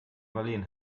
marleen